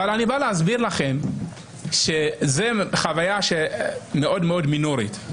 אני בא להסביר לכם שזו חוויה מאוד מאוד מינורית,